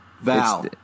Val